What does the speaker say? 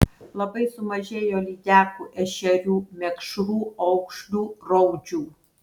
labai sumažėjo lydekų ešerių mekšrų aukšlių raudžių